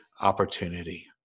opportunity